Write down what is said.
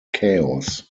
chaos